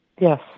Yes